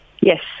Yes